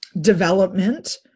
development